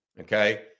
Okay